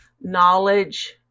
Knowledge